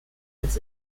ins